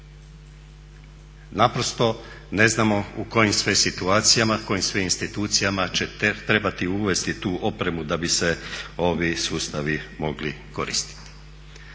Naprosto ne znamo u kojim sve situacijama, u kojim sve institucijama će trebati uvesti tu opremu da bi se ovi sustavi mogli koristiti.